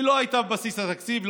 היא לא הייתה בבסיס התקציב.